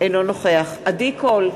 אינו נוכח עדי קול,